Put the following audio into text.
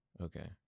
Okay